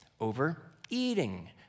overeating